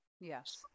Yes